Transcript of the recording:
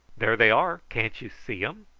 there they are can't you see em?